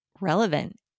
relevant